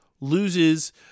loses